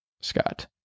scott